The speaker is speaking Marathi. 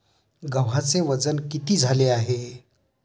गव्हाचे वजन किती झाले आहे?